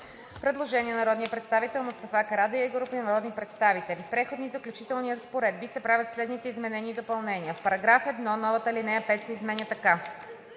Предложение на народния представител Мустафа Карадайъ и група народни представители. В „Преходни и заключителни разпоредби“ се правят следните изменения и допълнения: „В параграф 1 новата алинея 5 се изменя така: